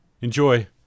Enjoy